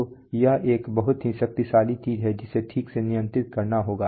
तो यह एक बहुत ही शक्तिशाली चीज है जिसे ठीक से नियंत्रित करना होगा